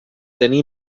tenir